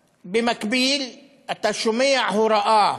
במקביל, אתה שומע הוראה